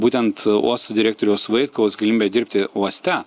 būtent uosto direktoriaus vaitkaus galimybe dirbti uoste